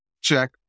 Check